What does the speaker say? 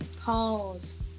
calls